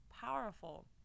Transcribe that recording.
powerful